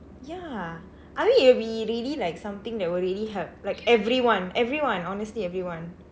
ya I mean it'll be really like something that would really help like everyone everyone honestly everyone